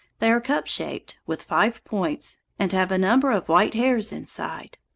they are cup-shaped, with five points, and have a number of white hairs inside.